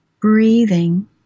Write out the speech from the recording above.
Breathing